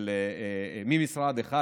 ממשרד אחד,